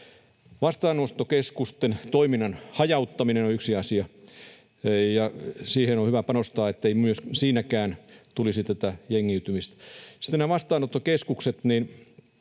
Vastaanottokeskusten toiminnan hajauttaminen on yksi asia, ja siihen on hyvä panostaa, ettei siinäkään tulisi tätä jengiytymistä. Sitten nämä vastaanottokeskukset: